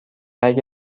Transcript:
اگه